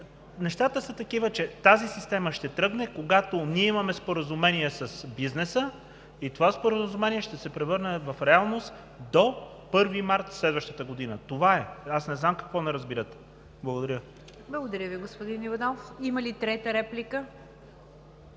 Нещата са такива, че тази система ще тръгне, когато ние имаме споразумение с бизнеса и това споразумение ще се превърне в реалност до 1 март следващата година. Това е. Аз не знам какво не разбирате! Благодаря. ПРЕДСЕДАТЕЛ НИГЯР ДЖАФЕР: Благодаря Ви, господин Иванов. Има ли трета реплика?